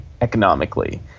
economically